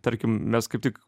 tarkim mes kaip tik